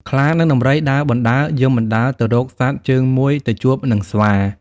ខ្លា និងដំរីដើរបណ្ដើរយំបណ្ដើរទៅរកសត្វជើងមួយទៅជួបនឹងស្វា